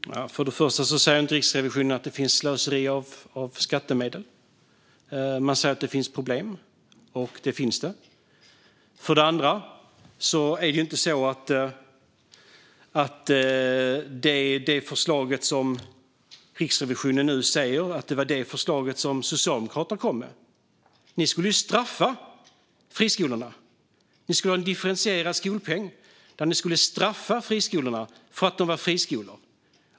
Herr talman! För det första säger inte Riksrevisionen att det finns slöseri med skattemedel. Man säger att det finns problem, och det finns det. För det andra är det inte så att det förslag som Riksrevisionen nu nämner var det förslag som Socialdemokraterna kom med. Ni skulle ju straffa friskolorna. Ni skulle ha en differentierad skolpeng, där ni skulle straffa friskolorna för att de var friskolor.